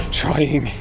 trying